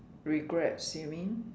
regrets you mean